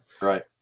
Right